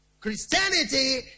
Christianity